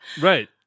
Right